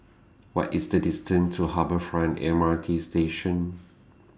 What IS The distance to Harbour Front M R T Station